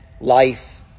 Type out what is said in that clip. life